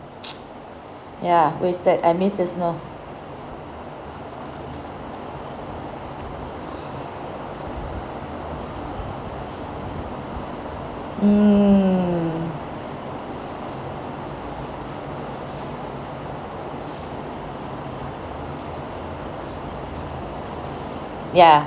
ya wasted i missed the snow mm ya